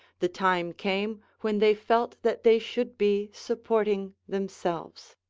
the time came when they felt that they should be supporting themselves.